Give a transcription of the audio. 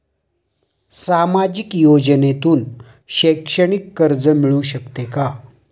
सामाजिक योजनेतून शैक्षणिक कर्ज मिळू शकते का?